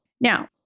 Now